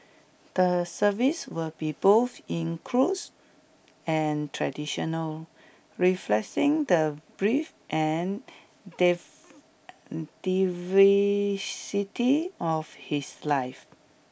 the service will be both includes and traditional the breadth and diversity of his life